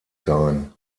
sein